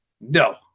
No